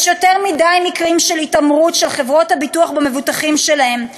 יש יותר מדי מקרים של התעמרות של חברות הביטוח במבוטחים שלהן.